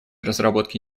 разработки